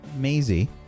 Maisie